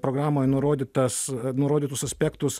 programoj nurodytas nurodytus aspektus